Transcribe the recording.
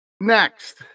next